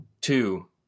Two